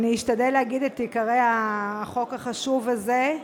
אני אשתדל להגיד את עיקרי החוק החשוב הזה.